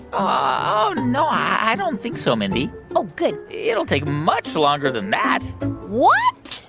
oh, no, i don't think so, mindy oh, good it'll take much longer than that what?